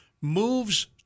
moves